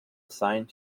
assigned